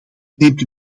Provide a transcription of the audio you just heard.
neemt